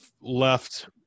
left